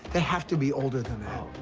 they have to be older than that. oh,